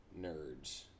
nerds